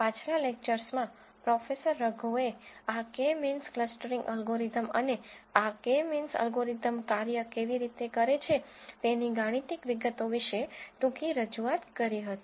પાછલા લેક્ચર્સમાં પ્રોફેસર રઘુએ આ કે મીન્સ ક્લસ્ટરીંગ અલ્ગોરિધમ અને આ કે મીન્સ અલ્ગોરિધમ કાર્ય કેવી રીતે કરે છે તેની ગાણિતિક વિગતો વિશે ટૂંકી રજૂઆત કરી હતી